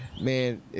man